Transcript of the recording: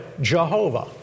Jehovah